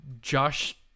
Josh